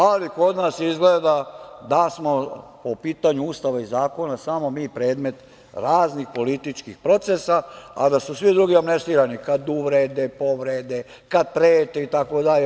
Ali, kod nas izgleda da smo po pitanju Ustava i zakona samo mi predmet raznih političkih procesa, a da su svi drugi amnestirani kada uvrede, povrede, kada prete itd.